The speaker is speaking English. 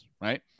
right